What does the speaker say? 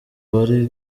bari